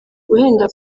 guhenda